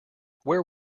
where